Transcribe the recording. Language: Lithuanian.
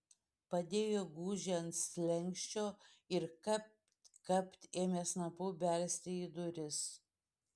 padėjo gūžį ant slenksčio ir kapt kapt ėmė snapu belsti į duris